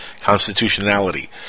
constitutionality